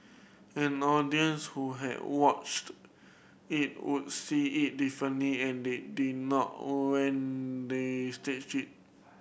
an audience who had watched it would see it differently and they did not they staged it